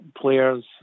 players